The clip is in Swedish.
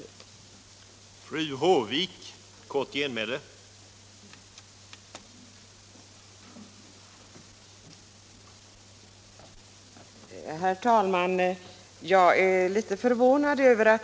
2 mars 1977